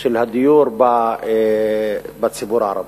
של הדיור בציבור הערבי.